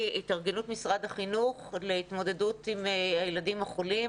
התארגנות משרד החינוך להתמודדות עם הילדים החולים.